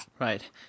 Right